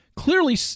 Clearly